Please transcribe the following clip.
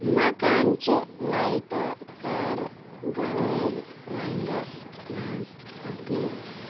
مکانچہِ لایٹہٕ کر گۄلٲبۍ رنٛگَس منٛز تبدیٖل